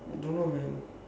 I don't know man